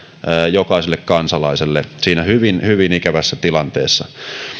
jokaiselle kansalaiselle siinä hyvin hyvin ikävässä tilanteessa